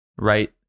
right